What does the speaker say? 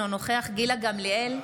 אינו נוכח גילה גמליאל,